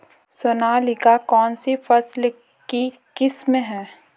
सोनालिका कौनसी फसल की किस्म है?